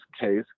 case